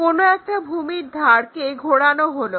কোনো একটা ভূমির ধারকে ঘোরানো হলো